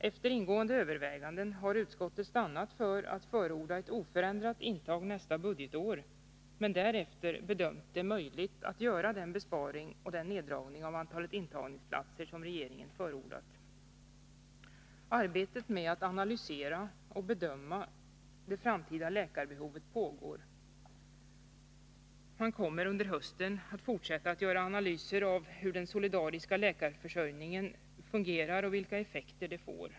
Efter ingående överväganden har utskottet stannat för att förorda ett oförändrat intag nästa budgetår, men bedömt det möjligt att därefter göra den besparing och neddragning av antalet intagningsplatser som regeringen förordat. Arbetet med att analysera och bedöma det framtida läkarbehovet pågår. Man kommer under hösten att fortsätta att göra analyser av hur den solidariska läkarförsörjningen fungerar och vilka effekter den får.